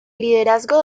liderazgo